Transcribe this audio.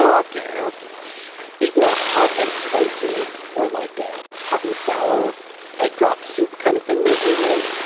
um okay, okay is there like a hot and spicy or like a hot and sour egg drop soup kind of thing that you might?